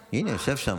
הינה, יושב שם.